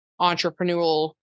entrepreneurial